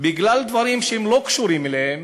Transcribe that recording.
בגלל דברים שלא קשורים אליהם